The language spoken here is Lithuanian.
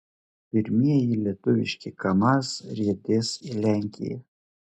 pirmieji lietuviški kamaz riedės į lenkiją